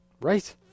Right